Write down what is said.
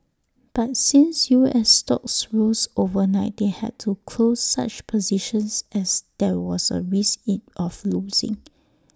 but since U S stocks rose overnight they had to close such positions as there was A risk in of losing